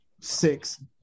six